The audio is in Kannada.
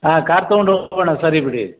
ಹಾಂ ಕಾರ್ ತಗೊಂಡು ಹೋಗೋಣ ಸರಿ ಬಿಡಿ